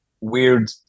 weird